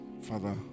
Father